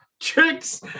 tricks